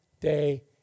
day